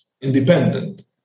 independent